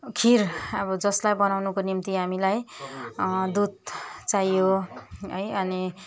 खिर अब जसलाई बनाउनुको निम्ति हामीलाई दुध चाहियो है अनि